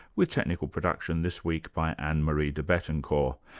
with technical production this week by ann-marie debettencor.